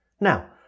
Now